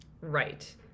Right